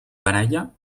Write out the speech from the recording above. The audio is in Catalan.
baralla